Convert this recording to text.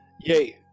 Yay